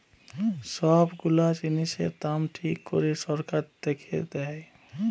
সব গুলা জিনিসের দাম ঠিক করে সরকার থেকে দেয়